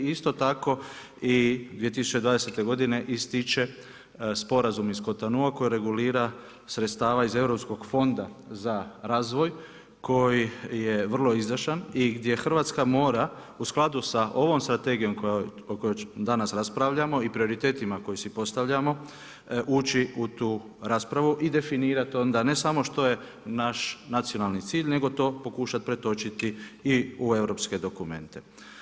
Isto tako i 2020. godine ističe sporazum iz Kotonua koji regulira sredstava iz Europskog fonda za razvoj koji je vrlo izdašan i gdje Hrvatska mora u skladu sa ovom strategijom o kojoj danas raspravljamo i prioritetima koje si postavljamo ući u tu raspravu i definirati onda, ne samo što je naš nacionalni cilj nego to pokušati pretočiti i u europske dokumente.